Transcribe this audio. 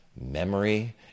memory